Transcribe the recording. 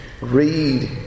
Read